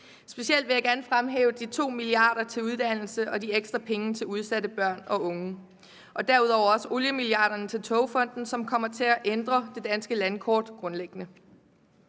Specielt vil jeg gerne fremhæve de 2 mia. kr. til uddannelse og de ekstra penge til udsatte børn og unge og derudover også oliemilliarderne til togfonden, som kommer til at ændre det danske landkort grundlæggende.